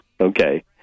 Okay